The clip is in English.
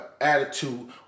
attitude